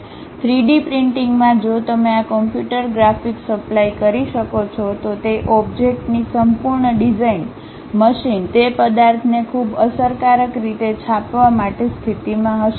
3 D પ્રિન્ટિંગમાં જો તમે આ કમ્પ્યુટર ગ્રાફિક્સ સપ્લાય કરી શકો છો તો તે ઓબ્જેક્ટની સંપૂર્ણ ડિઝાઇન મશીન તે પદાર્થને ખૂબ અસરકારક રીતે છાપવા માટે સ્થિતિમાં હશે